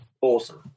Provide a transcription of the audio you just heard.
awesome